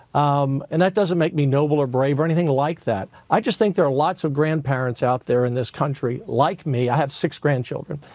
um and that doesn't make me noble or brave or anything like that. i just think there are lots of grandparents out there in this country like me, i have six grandchildren,